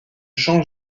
jean